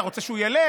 אתה רוצה שהוא ילך,